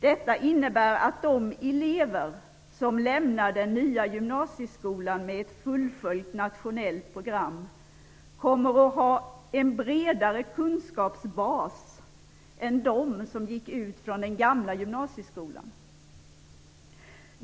Detta innebär att de elever som lämnar den nya gymnasieskolan med ett fullföljt nationellt program kommer att ha en bredare kunskapsbas än de som gick ut från den gamla gymnasieskolan.